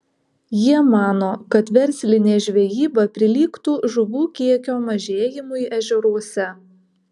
jie mano kad verslinė žvejyba prilygtų žuvų kiekio mažėjimui ežeruose